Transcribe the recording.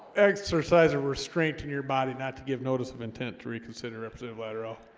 exercise of restraint in your body not to give notice of intent to reconsider represent of lateral